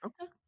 Okay